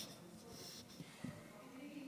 ייטיב עם